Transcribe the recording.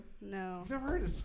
No